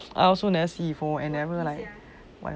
I also never see before and like never